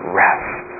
rest